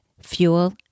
fuel